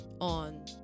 on